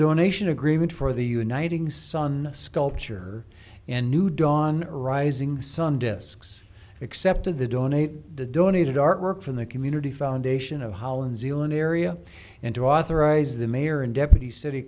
donation agreement for the uniting sun sculpture and new dawn rising sun discs accepted the donate the donated artwork from the community foundation of holland's elan area and to authorize the mayor and deputy city